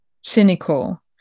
cynical